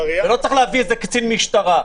ולא צריך להביא קצין משטרה.